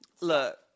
Look